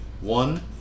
One